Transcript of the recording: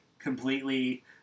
completely